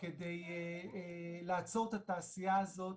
על מנת לעצור את התעשייה הזו.